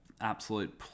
absolute